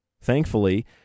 thankfully